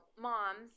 moms